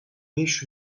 beş